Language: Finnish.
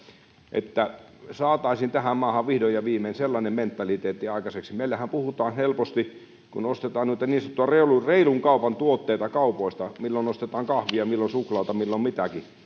että saataisiin tähän maahan vihdoin ja viimein sellainen mentaliteetti aikaiseksi että kun meillähän puhutaan helposti siitä että ostetaan niin sanottuja reilun kaupan tuotteita kaupoista milloin ostetaan kahvia milloin suklaata milloin mitäkin ja